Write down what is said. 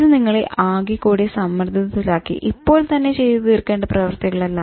ഇത് നിങ്ങളെ ആകെ കൂടെ സമ്മർദ്ദത്തിലാക്കി ഇപ്പോൾ തന്നെ ചെയ്തു തീർക്കേണ്ട പ്രവർത്തികളല്ല